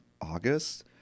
August